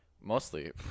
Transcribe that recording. mostly